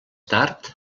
tard